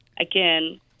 again